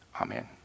Amen